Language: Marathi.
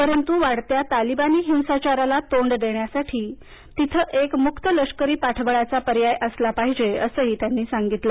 परंतु वाढत्या तलिबानी हिंसाचाराला तोंड देण्यासाठी तिथं एक मुक्त लष्करी पाठबळाचा पर्याय असला पाहिजे असंही त्यांनी सांगितलं